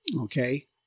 Okay